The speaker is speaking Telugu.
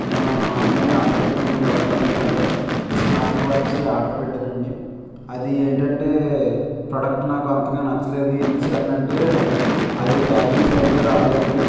నేను ఆన్లైన్లో ఆర్డర్ పెట్టిన ఇంకో ప్రాడక్ట్ ఏంటంటే స్మార్ట్వాచ్ ఆర్డర్ పెట్టాను అండి అది ఏంటంటే ప్రాడక్ట్ నాకు అంతగా నచ్చలేదు ఎందుచేత అంటే అది ప్యాకింగ్ సరిగ్గా రాలేదు